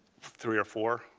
three or four.